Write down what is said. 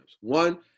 One